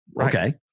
Okay